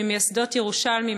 ממייסדות "ירושלמים",